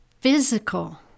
Physical